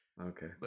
Okay